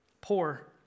poor